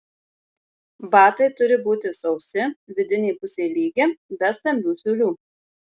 batai turi būti sausi vidinė pusė lygi be stambių siūlių